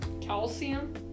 calcium